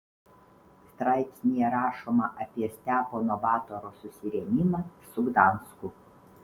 straipsnyje rašoma apie stepono batoro susirėmimą su gdansku